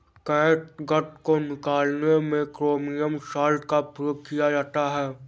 catgut को निकालने में क्रोमियम सॉल्ट का प्रयोग किया जाता है